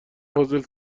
پازل